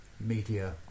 media